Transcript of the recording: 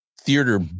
theater